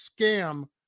scam